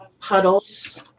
Puddles